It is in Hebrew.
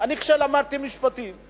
כשאני למדתי משפטים,